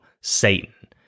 Satan